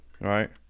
right